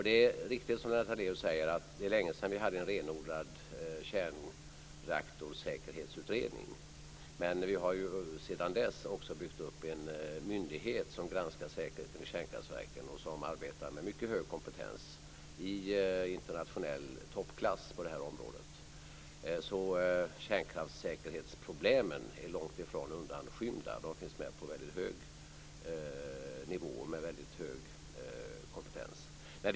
Det är riktigt som Lennart Daléus säger, att det är länge sedan som det gjordes en renodlad kärnreaktorsäkerhetsutredning. Men sedan dess har vi byggt upp en myndighet som granskar säkerheten vid kärnkraftverken och som har mycket hög kompetens. Man ligger i internationell toppklass på det här området. Kärnkraftssäkerhetsproblemen är långt ifrån undanskymda. De finns med på väldigt hög nivå och där det finns en väldigt hög kompetens.